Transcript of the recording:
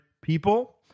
people